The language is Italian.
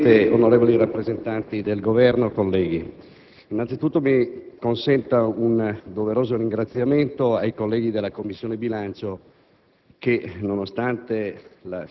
*(FI)*. Signor Presidente, onorevoli rappresentanti del Governo, colleghi, innanzitutto mi consenta un doveroso ringraziamento ai colleghi della Commissione bilancio